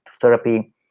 therapy